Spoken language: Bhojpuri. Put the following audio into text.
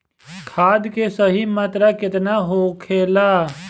खाद्य के सही मात्रा केतना होखेला?